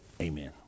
Amen